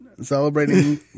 celebrating